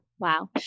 wow